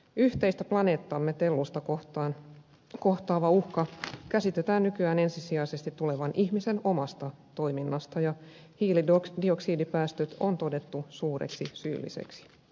yhteistä planeettaamme tellusta kohtaavan uhkan käsitetään nykyään ensisijaisesti tulevan ihmisen omasta toiminnasta ja hiilidioksidipäästöt on todettu suureksi syylliseksi